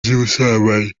z’ubusambanyi